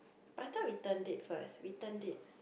but I thought we turned it first we turned it